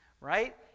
right